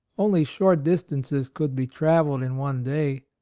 only short distances could be travelled in one day,